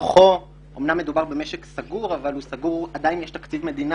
מתוכו אמנם מדובר במשק סגור - אבל עדיין יש תקציב מדינה